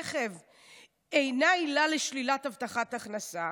"אינה עילה לשלילת הבטחת הכנסה?